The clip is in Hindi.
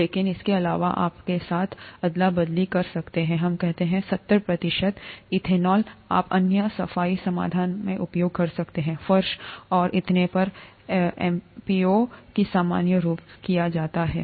लेकिन इसके अलावा आप के साथ अदला बदली कर सकते हैं हम कहते हैं सत्तर प्रतिशत इथेनॉल आप अन्य सफाई समाधान का उपयोग कर सकते हैं फर्श और इतने पर एमओपी कि सामान्य रूप से किया जाता है